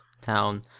town